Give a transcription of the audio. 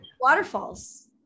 waterfalls